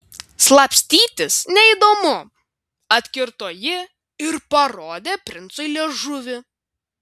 slapstytis neįdomu atkirto ji ir parodė princui liežuvį